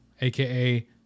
aka